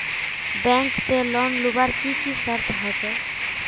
Bank से loan लुबार की की शर्त होचए?